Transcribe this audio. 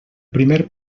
primer